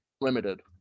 Limited